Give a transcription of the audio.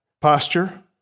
posture